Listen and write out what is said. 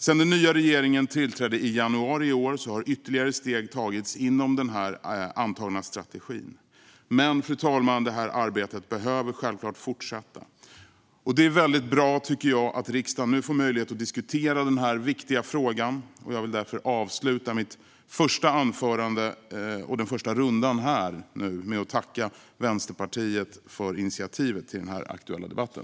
Sedan den nya regeringen tillträdde i januari i år har ytterligare steg tagits inom den antagna strategin. Men, fru talman, arbetet behöver självklart fortsätta. Det är bra, tycker jag, att riksdagen nu får möjlighet att diskutera den här viktiga frågan. Jag vill därför avsluta mitt första anförande och den första rundan här i debatten med att tacka Vänsterpartiet för initiativet till den här aktuella debatten.